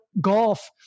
golf